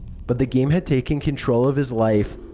but the game had taken control of his life.